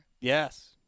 Yes